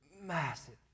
massive